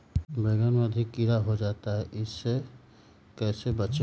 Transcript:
बैंगन में अधिक कीड़ा हो जाता हैं इससे कैसे बचे?